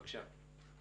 בבקשה.